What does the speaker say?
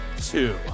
two